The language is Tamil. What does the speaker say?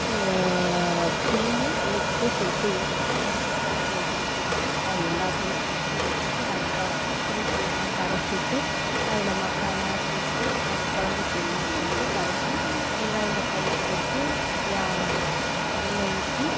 புளியும் உப்பும் சேர்த்து ஊற வச்சிருவேன் குழம்பு வைக்கிறத்துக்கு அது எல்லாத்தையுமே வெட்டி வச்சிட்டு அதிக்காறமா புளித்தண்ணீலாம் கரைச்சிட்டு அதில் மசாலா போட்டு கொழம்பு தூள்லாம் போட்டு கரைச்சி வெங்காயம் தக்காளி போட்டு எண்ணெய் ஊற்றி